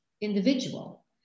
individual